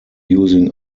using